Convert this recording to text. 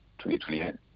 2028